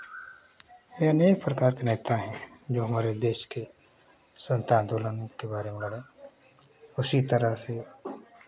अनेक प्रकार के नेता हैं जो हमारे देश के आन्दोलन के बारे में लड़े उसी तरह से